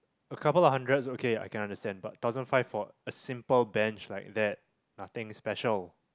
a couple of hundreds okay I can understand but thousand five for a simple bench like that nothing special